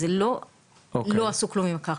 אז זה לא שלא עשו כלום עם הקרקע,